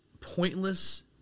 pointless